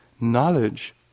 knowledge